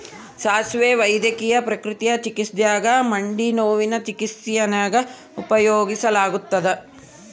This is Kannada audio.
ಸಾಸುವೆ ವೈದ್ಯಕೀಯ ಪ್ರಕೃತಿ ಚಿಕಿತ್ಸ್ಯಾಗ ಮಂಡಿನೋವಿನ ಚಿಕಿತ್ಸ್ಯಾಗ ಉಪಯೋಗಿಸಲಾಗತ್ತದ